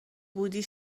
بودی